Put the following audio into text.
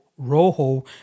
Rojo